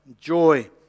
joy